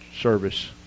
Service